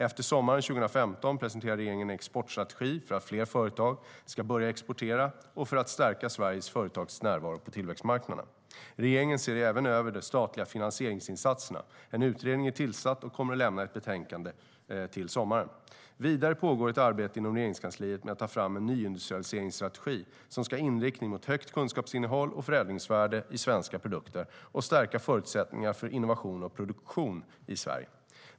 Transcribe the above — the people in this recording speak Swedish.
Efter sommaren 2015 presenterar regeringen en exportstrategi för att fler företag ska börja exportera och för att stärka svenska företags närvaro på tillväxtmarknaderna. Regeringen ser även över de statliga finansieringsinsatserna. En utredning är tillsatt och kommer att lämna ett betänkande till sommaren. Vidare pågår ett arbete inom Regeringskansliet med att ta fram en nyindustrialiseringsstrategi som ska ha inriktning mot högt kunskapsinnehåll och förädlingsvärde i svenska produkter och stärka förutsättningarna för innovation och produktion i Sverige.